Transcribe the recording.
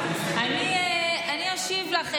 אני אשיב לך,